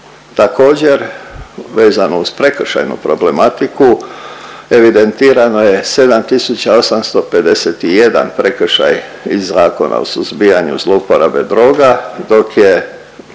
Također vezano uz prekršajnu problematiku, evidentirano je 7.851 prekršaj iz Zakona o suzbijanju zlouporabe droga, dok je